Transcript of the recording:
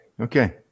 okay